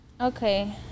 Okay